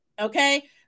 okay